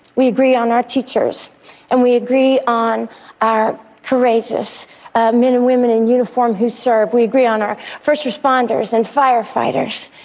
we agree on our teachers and we agree on our courageous men and women in uniform who serve. we agree on our first responders and firefighters.